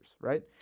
right